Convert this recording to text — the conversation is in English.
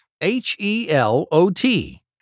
H-E-L-O-T